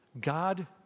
God